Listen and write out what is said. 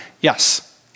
Yes